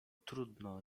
trudno